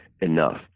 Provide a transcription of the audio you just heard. enough